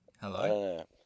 Hello